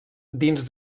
dins